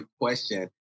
question